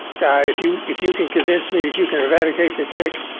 if you if you can convince me that you can eradicate the tick,